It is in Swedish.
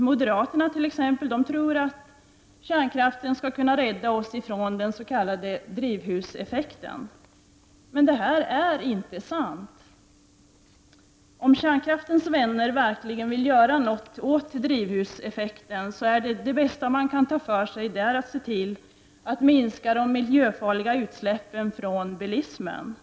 Moderaterna t.ex. tror att kärnkraften skall kunna rädda oss från den s.k. drivhuseffekten. Men detta är inte sant. Om kärnkraftens vänner verkligen vill göra någonting åt drivhuseffekten, är det bästa att man verkar för att de miljöfarliga utsläppen från bilismen minskas.